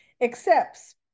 accepts